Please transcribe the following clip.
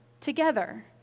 together